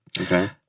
Okay